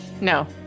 No